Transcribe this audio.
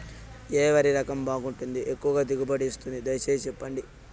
ఏ వరి రకం బాగుంటుంది, ఎక్కువగా దిగుబడి ఇస్తుంది దయసేసి చెప్పండి?